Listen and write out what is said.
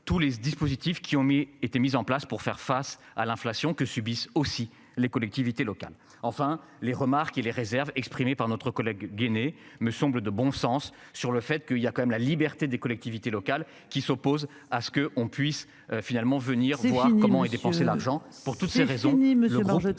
tous les dispositifs qui ont mis étaient mises en place pour faire face à l'inflation que subissent aussi les collectivités locales, enfin les remarques et les réserves exprimées par notre collègue. Me semble de bon sens sur le fait que il y a quand même la liberté des collectivités locales qui s'oppose à ce que on puisse finalement venir pour voir comment est dépensé l'argent pour